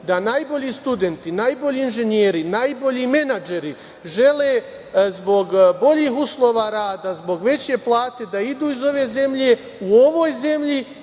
da najbolji studenti, najbolji inženjeri, najbolji menadžeri žele zbog boljih uslova rada, zbog veće plate da idu iz ove zemlje, u ovom zemlji